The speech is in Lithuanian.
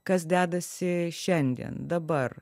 kas dedasi šiandien dabar